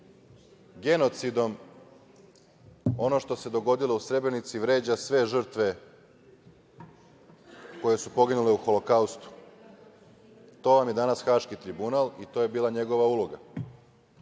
genocidom ono što se dogodilo u Srebrenici vređa sve žrtve koje su poginule u Holokaustu. To vam je danas Haški tribunal i to je bila njegova uloga. Dakle,